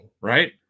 Right